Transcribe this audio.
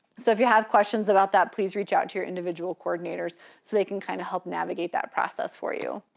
so if you have questions about that, please reach out to your individual coordinators so they can kind of help navigate that process for you.